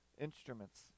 instruments